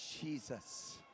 Jesus